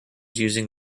using